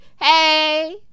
Hey